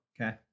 Okay